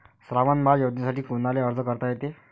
श्रावण बाळ योजनेसाठी कुनाले अर्ज करता येते?